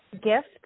gift